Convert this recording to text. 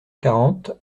quarante